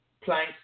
planks